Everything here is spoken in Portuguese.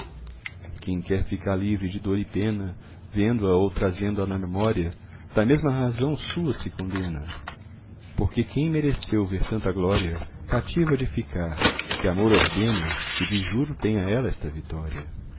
quem quer livre ficar de dor e pena vendo a ou trazendo a na memória da mesma razão sua se condena porque quem mereceu ver tanta glória cativo há de ficar que amor ordena que de juro tenha ela esta vitória